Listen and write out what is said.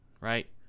Right